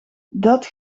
dat